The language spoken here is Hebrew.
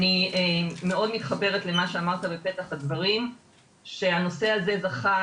אני מאוד מתחברת למה שאמרת בפתח הדברים שהנושא הזה זכה